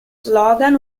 slogan